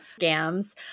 scams